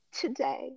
today